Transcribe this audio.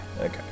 okay